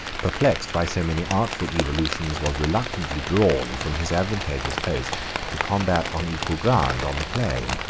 perplexed by so many artful evolutions, was reluctantly drawn from his advantageous post to combat on equal ground on the plain.